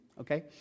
Okay